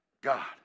God